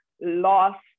lost